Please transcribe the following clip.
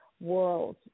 world